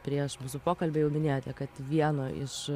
prieš mūsų pokalbį jau minėjote kad vieno iš